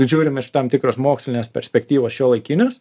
žiūrim iš tam tikros mokslinės perspektyvos šiuolaikinės